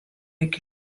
iki